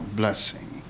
blessing